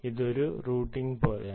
ഇത് ഒരു റൂട്ടിംഗ് പോലെയാണ്